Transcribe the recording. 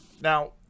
Now